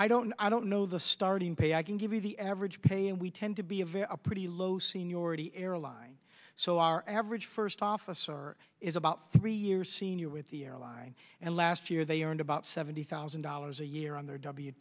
i don't i don't know the starting pay i can give you the average pay and we tend to be a very pretty low seniority airline so our average first officer is about three years senior with the airline and last year they aren't about seventy thousand dollars a year on their w